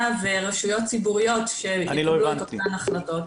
ורשויות ציבוריות שיקבלו את אותן החלטות.